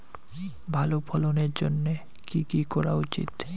ভালো ফলনের জন্য কি কি করা উচিৎ?